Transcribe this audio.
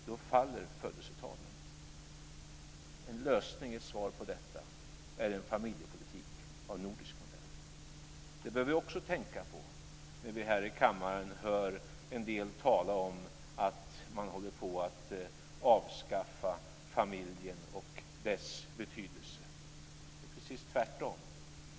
Då sjunker födelsetalen. En lösning, ett svar på detta, det är en familjepolitik av nordisk modell. Det bör vi också tänka på när vi här i kammaren hör en del tala om att man håller på att avskaffa familjen och dess betydelse. Det är precis tvärtom.